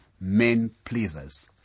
men-pleasers